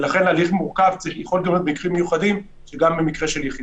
ולכן הליך מורכב יכול להיות במקרים מיוחדים גם במקרה של יחידים.